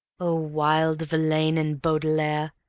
oh, wilde, verlaine and baudelaire,